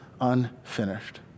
unfinished